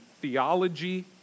theology